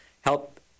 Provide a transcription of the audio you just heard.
Help